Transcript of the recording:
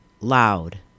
Loud